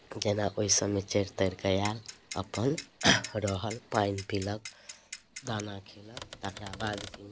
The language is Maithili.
जेना ओहि सभमे चरि तरि कऽ आयल अपन रहल पानि पीलक दाना खेलक तकरा बाद किने